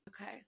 Okay